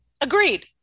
Agreed